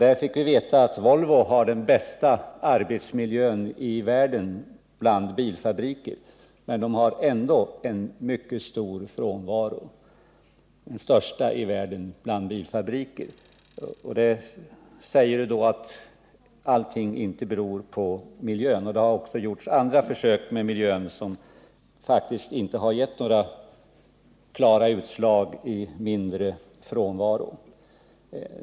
Vi fick då veta att Volvo har den bästa arbetsmiljön bland alla bilfabriker i världen, men man har ändå en mycket stor frånvaro — den största bland världens bilfabriker. Det säger alltså att allting inte beror på miljön. Det har också gjorts försök med miljön, vilka faktiskt inte gett några klara utslag i form av mindre frånvaro.